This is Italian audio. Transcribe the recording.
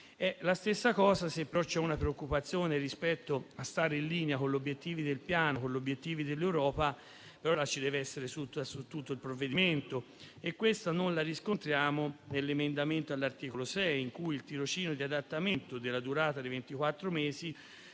La stessa cosa, se però c'è una preoccupazione rispetto a stare in linea con gli obiettivi del Piano e con gli obiettivi dell'Europa, però ci deve essere su tutto il provvedimento; tuttavia, non la riscontriamo nell'emendamento all'articolo 6, in cui il tirocinio di adattamento, della durata di